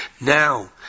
Now